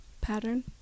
pattern